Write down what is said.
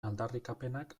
aldarrikapenak